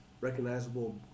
recognizable